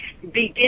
Begin